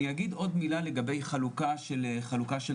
אני אגיד עוד מילה לגבי החלוקה של תחומים.